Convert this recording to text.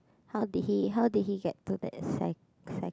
how did he how did he get to that cy~ cy~